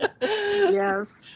Yes